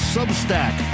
Substack